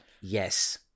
yes